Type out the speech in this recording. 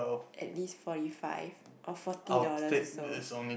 at least forty five or forty dollars sold